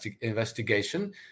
investigation